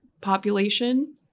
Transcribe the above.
population